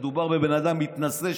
מדובר בבן אדם מתנשא,